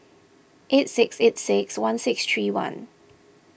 eight six eight six one six three one